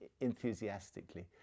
enthusiastically